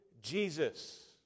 Jesus